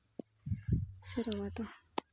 ᱥᱮᱨᱣᱟ ᱫᱚ